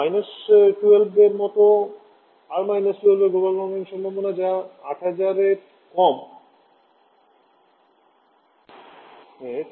আর 12 এর মতো আর 12 এর গ্লোবাল ওয়ার্মিং সম্ভাবনা যা 8000 এর ক্রমে